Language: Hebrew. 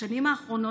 בשנים האחרונות,